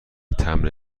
تمبر